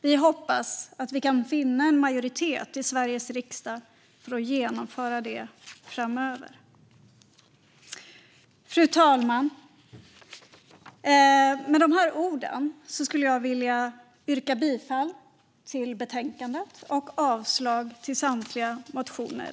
Vi hoppas att vi kan vinna en majoritet i Sveriges riksdag för att genomföra detta framöver. Fru talman! Med dessa ord skulle jag vilja yrka bifall till förslaget i betänkandet och avslag på samtliga motioner.